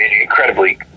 incredibly